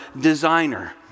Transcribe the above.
designer